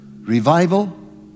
revival